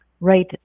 right